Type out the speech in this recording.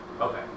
Okay